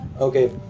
okay